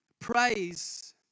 Praise